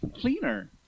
cleaner